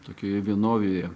tokioje vienovėje